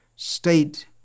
state